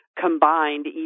combined